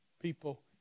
people